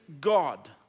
God